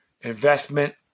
investment